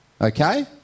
okay